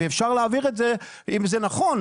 ואפשר להעביר את זה אם זה נכון,